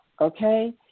okay